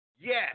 yes